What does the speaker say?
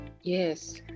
Yes